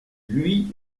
lui